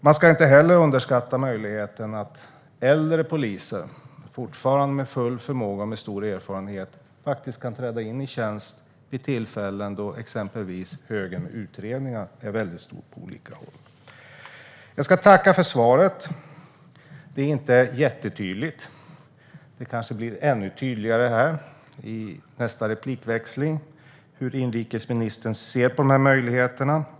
Vi ska inte heller underskatta möjligheten att äldre poliser, fortfarande med full förmåga och stor erfarenhet, kan träda in i tjänst, exempelvis då högen med utredningar är stor på olika håll. Jag ska tacka för svaret. Det är inte jättetydligt. Det kanske blir tydligare i nästa inlägg hur inrikesministern ser på möjligheterna.